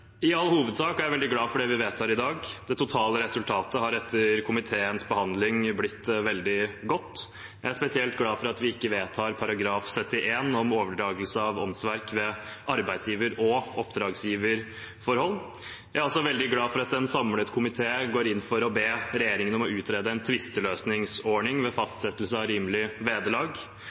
i all hovedsak er jeg veldig glad for det vi vedtar i dag. Det totale resultatet har etter komiteens behandling blitt veldig godt. Jeg er spesielt glad for at vi ikke vedtar § 71, om overdragelse av åndsverk ved arbeidsgiver- og oppdragsgiverforhold. Jeg er også veldig glad for at en samlet komité går inn for å be regjeringen om å utrede en tvisteløsningsordning ved fastsettelse av rimelig vederlag.